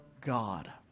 God